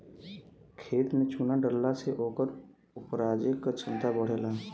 खेत में चुना डलला से ओकर उपराजे क क्षमता बढ़ेला